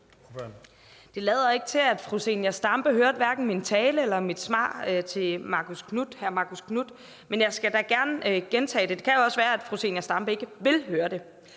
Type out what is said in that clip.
Det lader ikke til, at fru Zenia Stampe hørte hverken min tale eller mit svar til hr. Marcus Knuth. Men jeg skal da gerne gentage det. Det kan jo også være, fru Zenia Stampe ikke vil høre det.